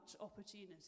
opportunity